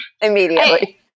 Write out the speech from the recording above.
immediately